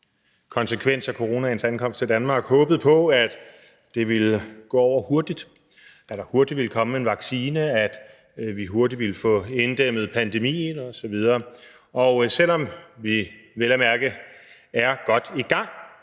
konsekvens af coronaens ankomst til Danmark, håbet på, at det ville gå over hurtigt, at der hurtigt ville komme en vaccine, at vi hurtigt ville få inddæmmet pandemien osv., og selv om vi vel at mærke er godt i gang,